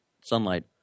sunlight